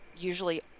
usually